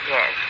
Yes